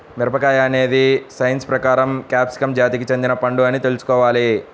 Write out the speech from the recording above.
మిరపకాయ అనేది సైన్స్ ప్రకారం క్యాప్సికమ్ జాతికి చెందిన పండు అని తెల్సుకోవాలి